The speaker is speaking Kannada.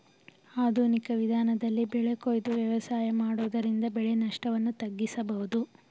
ಆಧುನಿಕ ವಿಧಾನದಲ್ಲಿ ಬೆಳೆ ಕೊಯ್ದು ವ್ಯವಸಾಯ ಮಾಡುವುದರಿಂದ ಬೆಳೆ ನಷ್ಟವನ್ನು ತಗ್ಗಿಸಬೋದು